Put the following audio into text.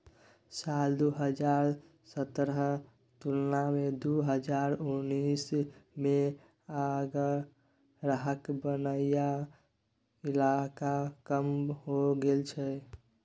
साल दु हजार सतरहक तुलना मे दु हजार उन्नैस मे आगराक बनैया इलाका कम हो गेल छै